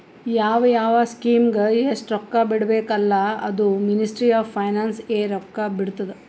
ಯಾವ್ ಯಾವ್ ಸ್ಕೀಮ್ಗ ಎಸ್ಟ್ ರೊಕ್ಕಾ ಬಿಡ್ಬೇಕ ಅಲ್ಲಾ ಅದೂ ಮಿನಿಸ್ಟ್ರಿ ಆಫ್ ಫೈನಾನ್ಸ್ ಎ ರೊಕ್ಕಾ ಬಿಡ್ತುದ್